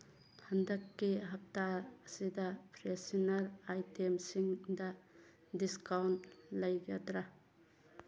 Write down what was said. ꯍꯟꯗꯛꯀꯤ ꯍꯞꯇꯥ ꯑꯁꯤꯗ ꯐ꯭ꯔꯦꯁꯅꯔ ꯑꯥꯏꯇꯦꯝꯁꯤꯡꯗ ꯗꯤꯁꯀꯥꯎꯟ ꯂꯩꯒꯗ꯭ꯔꯥ